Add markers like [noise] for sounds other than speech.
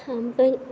[unintelligible]